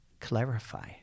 clarify